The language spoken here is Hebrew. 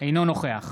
אינו נוכח